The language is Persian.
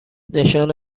نشان